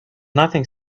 nothing